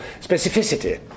specificity